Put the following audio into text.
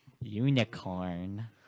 unicorn